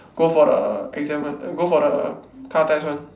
go for the exam [one] go for the car test [one]